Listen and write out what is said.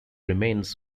remains